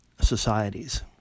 societies